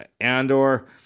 Andor